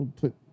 put